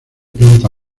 planta